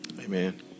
Amen